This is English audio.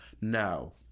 No